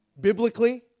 biblically